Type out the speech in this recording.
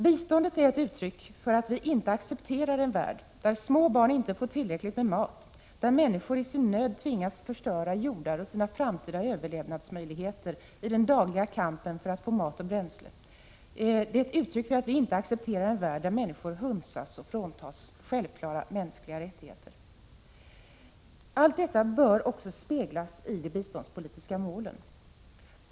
Biståndet är ett uttryck för att vi inte accepterar en värld, där små barn inte får tillräckligt med mat, där människor i sin nöd tvingas förstöra jordar och sina framtida överlevnadsmöjligheter i den dagliga kampen för att få mat och bränsle och där människor hunsas och fråntas självklara mänskliga rättigheter. Allt detta bör också speglas i de biståndspolitiska målen.